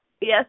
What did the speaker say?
yes